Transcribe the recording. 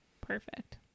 Perfect